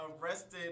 arrested